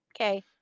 Okay